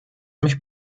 mich